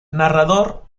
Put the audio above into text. narrador